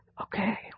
Okay